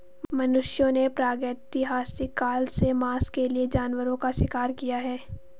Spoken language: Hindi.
मनुष्यों ने प्रागैतिहासिक काल से मांस के लिए जानवरों का शिकार किया है